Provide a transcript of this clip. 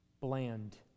bland